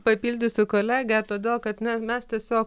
papildysiu kolegę todėl kad me mes tiesiog